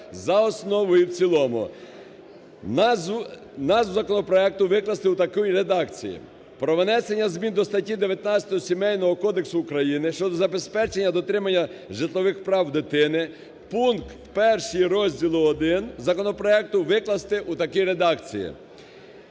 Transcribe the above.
за основу і в цілому. Назву законопроекту викласти в такій редакції: "Про внесення змін до статті 19 Сімейного кодексу України щодо забезпечення дотримання житлових прав дитини пункт 1 розділу І законопроекту викласти у такій редакції: